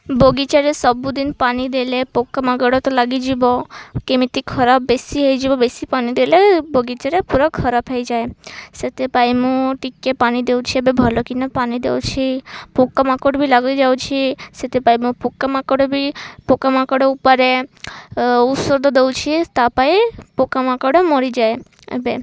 ବଗିଚାରେ ସବୁଦିନ ପାଣି ଦେଲେ ପୋକାମାଙ୍କଡ଼ ତ ଲାଗିଯିବ କେମିତି ଖରାପ ବେଶୀ ହେଇଯିବ ବେଶୀ ପାଣି ଦେଲେ ବଗିଚାରେ ପୁରା ଖରାପ ହେଇଯାଏ ସେଥିପାଇଁ ମୁଁ ଟିକେ ପାଣି ଦଉଛି ଏବେ ଭଲକିନା ପାଣି ଦଉଛି ପୋକାମାଙ୍କଡ଼ ବି ଲାଗିଯାଉଛି ସେଥିପାଇଁ ମୁଁ ପୋକାମକଡ଼ ବି ପୋକାମାଙ୍କଡ଼ ଉପରେ ଔଷଧ ଦଉଛି ତା ପାଇଁ ପୋକାମାଙ୍କଡ଼ ମରିଯାଏ ଏବେ